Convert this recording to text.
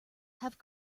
have